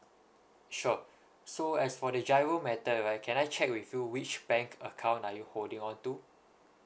sure so as for the giro method right can I check with you which bank account are you holding on to